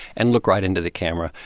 and look right into the camera,